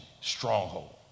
stronghold